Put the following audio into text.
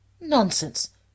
Nonsense